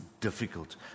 difficult